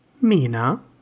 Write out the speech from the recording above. Mina